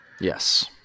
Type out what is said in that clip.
Yes